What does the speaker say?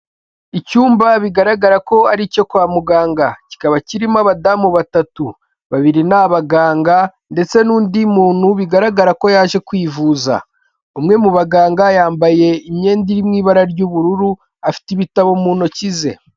Icyumba bigaragara ko ari icyo kwa muganga, kikaba kirimo abadamu batatu, babiri ni abaganga ndetse n'undi muntu bigaragara ko yaje kwivuza, umwe mu baganga yambaye imyenda iri mu ibara ry'ubururu afite ibitabo mu ntoki ze.